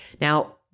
Now